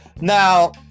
now